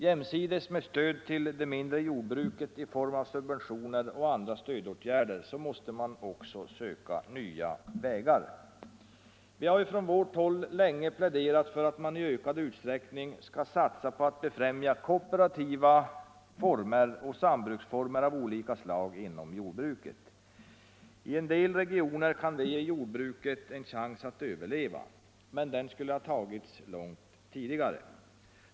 Jämsides med stöd till det mindre jordbruket i form av subventioner och andra stödåtgärder måste man också söka nya vägar. Vi har från vårt håll länge pläderat för att man i ökad utsträckning skall satsa på att befrämja kooperativa former och sambruksformer av olika slag inom jordbruket. I en del regioner kan detta ge jordbruket en chans att överleva. Men den skulle ha tagits långt tidigare.